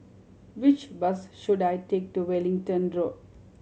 which bus should I take to Wellington Road